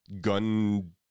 gun